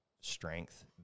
strength